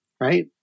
right